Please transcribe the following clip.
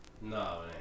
No